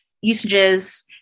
usages